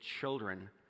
children